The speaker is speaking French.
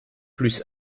plus